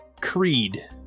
Creed